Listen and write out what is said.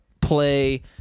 Play